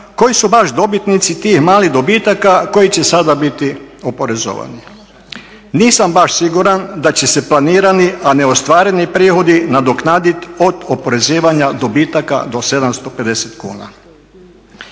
koji su baš dobitnici tih malih dobitaka koji će sada biti oporezovani. Nisam baš siguran da će se planirani, a ne ostvareni prihodi nadoknaditi od oporezivanja dobitaka do 750 kuna.